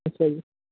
ਅੱਛਾ ਜੀ